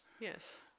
Yes